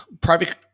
private